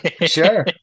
Sure